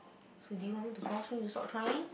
so do you want me to force you to stop trying